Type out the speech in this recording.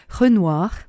Renoir